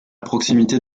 proximité